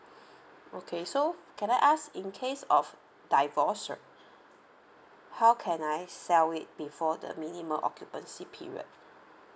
okay so can I ask in case of divorce right how can I sell it before the minimum occupancy period